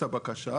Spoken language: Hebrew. שמצאנו בתחום,